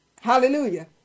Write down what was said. Hallelujah